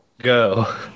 go